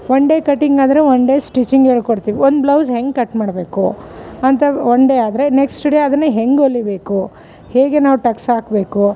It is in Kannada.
ಒನ್ ಡೇ ಕಟ್ಟಿಂಗ್ ಆದರೆ ಒನ್ ಡೇ ಸ್ಟಿಚಿಂಗ್ ಹೇಳ್ಕೊಡ್ತಿವಿ ಒನ್ ಬ್ಲೌಸ್ ಹೆಂಗೆ ಕಟ್ ಮಾಡಬೇಕು ಅಂತ ಒನ್ ಡೇ ಆದರೆ ನೆಕ್ಸ್ಟ್ ಡೇ ಅದನ್ನೇ ಹೆಂಗೆ ಹೊಲಿಬೇಕು ಹೇಗೆ ನಾವು ಟಕ್ಸ್ ಹಾಕಬೇಕು